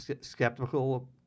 skeptical